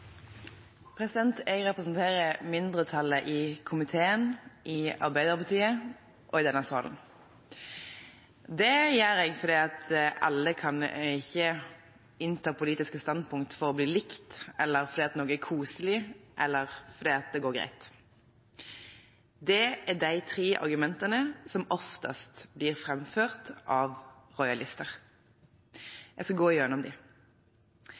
Jeg representerer mindretallet i komiteen, i Arbeiderpartiet og i denne salen. Det gjør jeg fordi ikke alle kan innta politiske standpunkt for å bli likt, fordi noe er koselig eller fordi det går greit. Dette er de tre argumentene som oftest blir framført av rojalister. Jeg skal gå